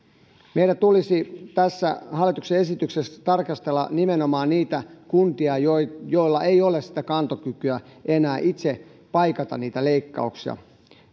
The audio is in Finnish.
meidän tulisi tässä hallituksen esityksessä tarkastella nimenomaan niitä kuntia joilla ei ole sitä kantokykyä enää itse paikata niitä leikkauksia